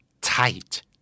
tight